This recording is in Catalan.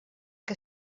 que